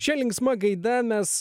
šia linksma gaida mes